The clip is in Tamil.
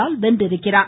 நடால் வென்றிருக்கிறார்